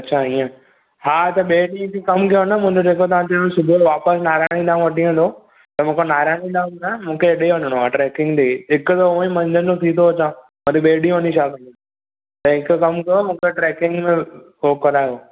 अच्छा ईअं हा त ॿिए ॾींहं बि कमु कयो न मुंहिंजे जेको तव्हां चयो सुबुह वापसि नारायणी धाम वठी वेंदव त मूंखे नारायण न मूंखे हेॾे वञिणो आहे ट्रेकिंग ॾे हिक त हूअंई मंझंदि जो थी थो अचां वरी ॿिए ॾींहुं वञी छा कंदुमि त हिकु कमु कयो मूंखे ट्रेकिंग में पोइ करायो